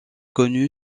connu